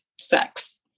sex